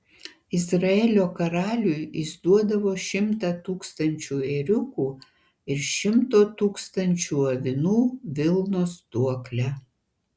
izraelio karaliui jis duodavo šimtą tūkstančių ėriukų ir šimto tūkstančių avinų vilnos duoklę